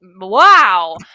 wow